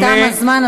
תם הזמן,